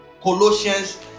Colossians